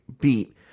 beat